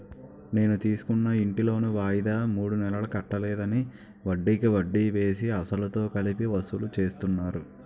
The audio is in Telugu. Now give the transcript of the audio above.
నేను తీసుకున్న ఇంటి లోను వాయిదా మూడు నెలలు కట్టలేదని, వడ్డికి వడ్డీ వేసి, అసలుతో కలిపి వసూలు చేస్తున్నారు